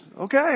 okay